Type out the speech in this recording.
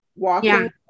Walking